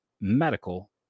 medical